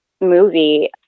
movie